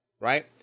Right